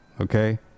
Okay